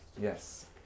Yes